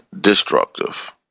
destructive